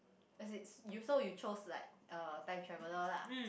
as it's you so you chose like uh time traveller lah